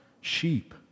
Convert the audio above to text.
sheep